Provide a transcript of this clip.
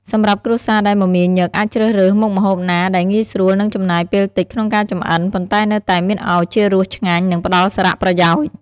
សម្រាប់គ្រួសារដែលមមាញឹក អាចជ្រើសរើសមុខម្ហូបណាដែលងាយស្រួល និងចំណាយពេលតិចក្នុងការចម្អិន ប៉ុន្តែនៅតែមានឱជារសឆ្ងាញ់ និងផ្តល់សារៈប្រយោជន៍ ។